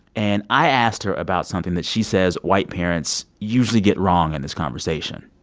and i asked her about something that she says white parents usually get wrong in this conversation